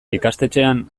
ikastetxean